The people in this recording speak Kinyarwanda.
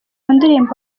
ndirimbo